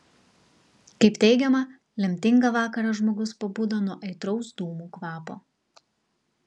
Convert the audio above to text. kaip teigiama lemtingą vakarą žmogus pabudo nuo aitraus dūmų kvapo